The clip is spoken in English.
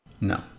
No